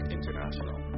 International